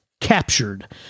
captured